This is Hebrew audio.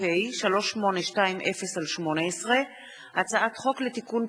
בתי-המשפט (תיקון,